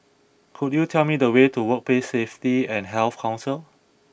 could you tell me the way to Workplace Safety and Health Council